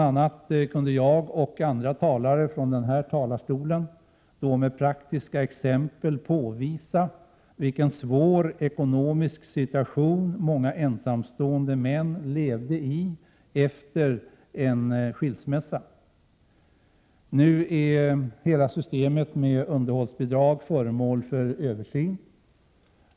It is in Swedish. a. kunde jag och andra talare från denna talarstol då med praktiska exempel påvisa vilken svår ekonomisk situation som många ensamstående män levde i efter en skilsmässa. Hela systemet med underhållsbidrag är nu föremål för översyn.